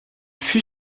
fut